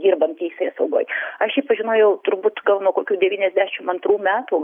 dirbant teisėsaugoj aš jį pažinojau turbūt gal nuo kokių devyniasdešim antrų metų